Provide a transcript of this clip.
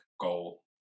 goal